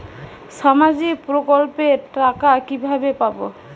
সামাজিক প্রকল্পের টাকা কিভাবে পাব?